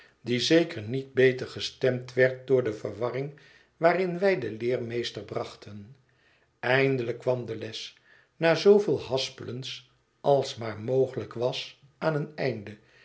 die zeker niet beter gestemd werd door de verwarring waarin wij den leermeester brachten eindelijk kwam de les na zooveel haspelens als maar mogelijk was aan een einde